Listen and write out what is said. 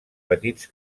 petits